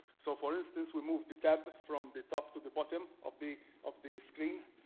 so for instance, we moved the tab from the top to the bottom of the of the screen,